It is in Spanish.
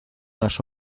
las